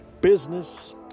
Business